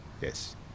Yes